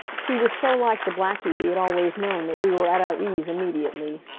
he was so like the blackie we had always known that we were at our ease immediately.